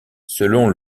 selon